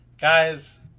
Guys